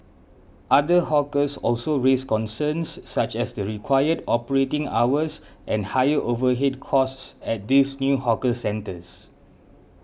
other hawkers also raised concerns such as the required operating hours and higher overhead costs at these new hawker centres